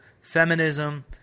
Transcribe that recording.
feminism